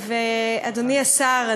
אדוני השר,